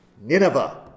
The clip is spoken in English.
Nineveh